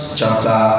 chapter